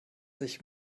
sich